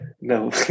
No